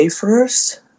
first